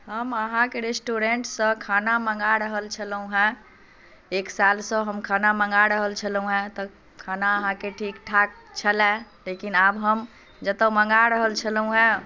हम अहाँके रेस्टोरेन्ट सँ खाना मङ्गा रहल छलहुँ हैं एक सालसँ हम खाना मङ्गा रहल छलहुँ हैं तऽ खाना अहाँके ठीक ठाक छलए लेकिन आब हम जतय मङ्गा रहल छलहुँ हैं